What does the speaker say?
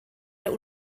der